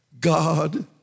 God